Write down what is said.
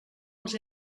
els